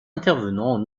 intervenant